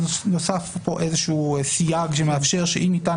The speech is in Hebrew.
אז נוסף פה איזה שהוא סייג שמאפשר שאם ניתן